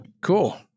Cool